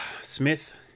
Smith